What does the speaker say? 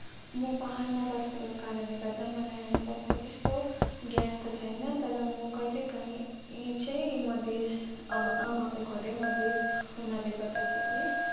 म पाहाडमा बस्नुको कारणले गर्दा मलाई ह्यान्ड पम्पको त्यस्तो ज्ञान त छैन तर म कहिलेकाहीँ यी चै मधेस अब आमाको घरै मधेस हुनाले गर्दाखेरि